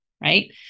right